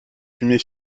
fumée